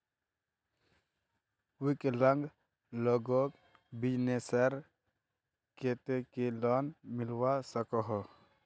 विकलांग लोगोक बिजनेसर केते की लोन मिलवा सकोहो?